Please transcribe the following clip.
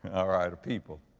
alright, people,